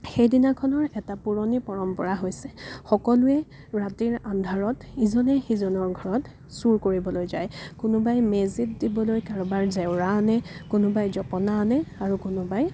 সেইদিনাখনৰ এটা পুৰণি পৰম্পৰা হৈছে সকলোৱে ৰাতিৰ আন্ধাৰত ইজনে সিজনৰ ঘৰত চোৰ কৰিবলৈ যায় কোনোবাই মেজিত দিবলৈ কাৰোবাৰ জেওৰা আনে কোনোবাই জপনা আনে আৰু কোনোবাই